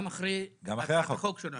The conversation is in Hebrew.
גם אחרי הצעת החוק שלנו.